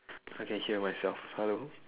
I can hear myself hello